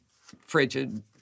frigid—